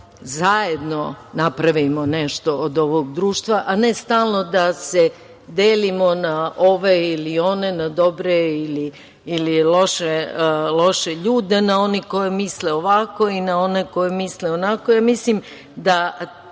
da zajedno napravimo nešto od ovog društva, a ne stalno da se delimo na ove ili one, na dobre ili loše ljude, na one koji misle ovako i na one koji misle onako.